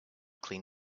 clean